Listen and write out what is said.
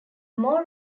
more